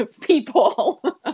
people